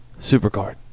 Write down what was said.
SuperCard